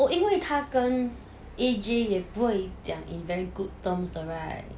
oh 因为他跟 A_J 也不会讲 in very good terms 的 right